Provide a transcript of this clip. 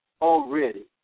already